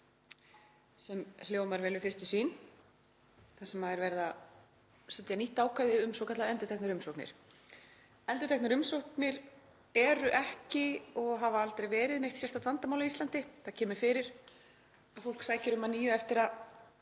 sem hljómar vel við fyrstu sýn. Þar er verið að setja inn nýtt ákvæði um svokallaðar endurteknar umsóknir. Endurteknar umsóknir eru ekki og hafa aldrei verið neitt sérstakt vandamál á Íslandi. Það kemur fyrir að fólk sæki um að nýju eftir að